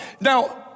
Now